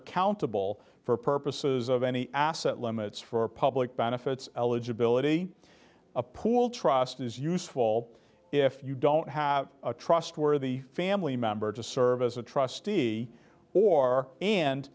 accountable for purposes of any asset limits for public benefits eligibility a pool trust is useful if you don't have a trustworthy family member to serve as a trustee or and